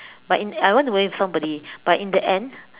but in I went away with somebody but in the end